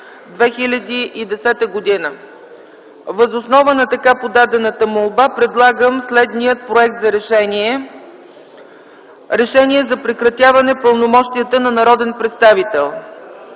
2010 г.” Въз основа на така подадената молба предлагам следния проект за решение: „РЕШЕНИЕ за прекратяване пълномощията на народен представител